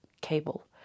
cable